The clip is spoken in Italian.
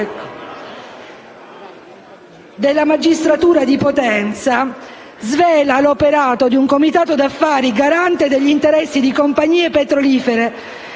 della magistratura di Potenza svela l'operato di un comitato d'affari, garante degli interessi di compagnie petrolifere,